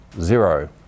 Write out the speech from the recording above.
zero